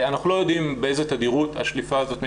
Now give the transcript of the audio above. אנחנו לא יודעים באיזו תדירות השליפה הזאת מתבצעת,